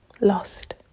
lost